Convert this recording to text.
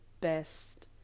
best